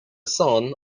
son